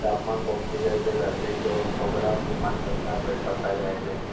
degree સુધીનું તાપમાન પહોંચી જાય તે ગરમી જો છોકરાઓ બીમાર પડતા તે પડતા જાય છે